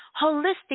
holistic